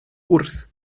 wrth